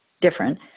different